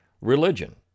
religion